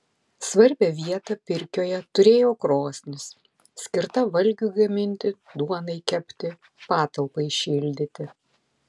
svarbią vietą pirkioje turėjo krosnis skirta valgiui gaminti duonai kepti patalpai šildyti